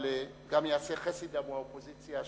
אבל גם יעשה חסד עם האופוזיציה.